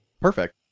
Perfect